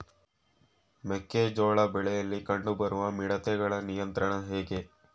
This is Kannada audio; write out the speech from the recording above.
ಮೆಕ್ಕೆ ಜೋಳ ಬೆಳೆಯಲ್ಲಿ ಕಂಡು ಬರುವ ಮಿಡತೆಗಳ ನಿಯಂತ್ರಣ ಹೇಗೆ?